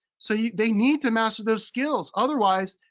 so yeah they need to master those skills. otherwise,